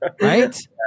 right